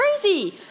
crazy